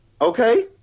okay